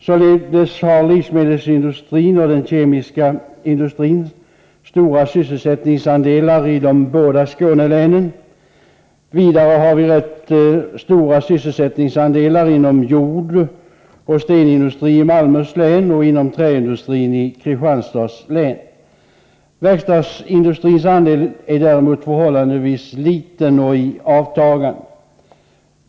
Således har livsmedelsindustrin och den kemiska industrin stora sysselsättningsandelar i de båda Skånelänen. Vidare har vi rätt stora sysselsättningsandelar inom jordoch stenindustrin i Malmöhus län och inom träindustrin i Kristianstads län. Verkstadsindustrins andel är däremot förhållandevis liten och i avtagande.